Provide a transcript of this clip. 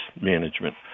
management